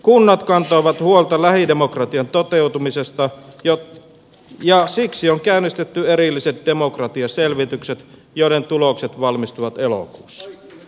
kunnat kantavat huolta lähidemokratian toteutumisesta ja siksi on käynnistetty erilliset demokratiaselvitykset joiden tulokset valmistuvat elokuussa